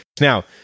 Now